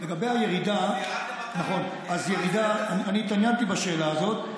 לגבי הירידה, אז אני התעניינתי בשאלה הזאת.